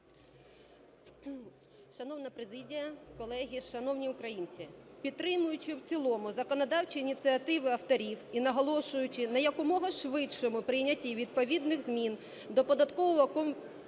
Шановна президія, колеги, шановні українці! Підтримуючи в цілому законодавчі ініціативи авторів і наголошуючи на якомога швидшому прийнятті відповідних змін до Податкового кодексу